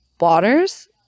waters